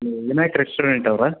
Vinayak restaurant ಅವರಾ